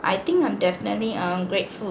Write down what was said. I think I'm definitely err grateful